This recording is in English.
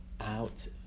out